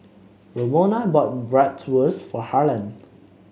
Romona bought Bratwurst for Harlan